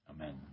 Amen